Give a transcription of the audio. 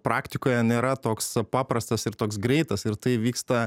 praktikoje nėra toks a paprastas ir toks greitas ir tai vyksta